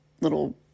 little